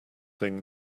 thing